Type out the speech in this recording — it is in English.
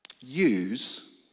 Use